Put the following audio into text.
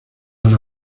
una